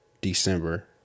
December